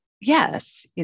yes